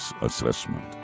assessment